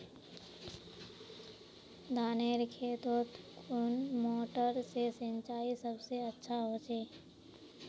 धानेर खेतोत कुन मोटर से सिंचाई सबसे अच्छा होचए?